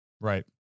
Right